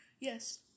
Yes